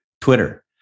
Twitter